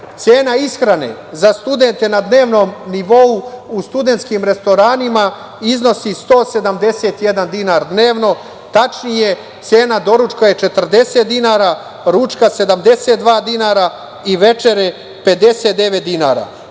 cena ishrane za studente na dnevnom nivou u studentskim restoranima iznosi 171 dinar dnevno. Tačnije, cena doručka je 40 dinara, ručka, 72 dinara i večere 59 dinara.